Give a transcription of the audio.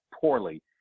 poorly